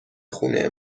خونه